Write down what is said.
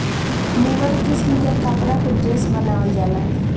निमन किस्म के कपड़ा के ड्रेस बनावल जाला